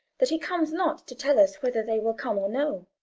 that he comes not to tell us whether they will come or no!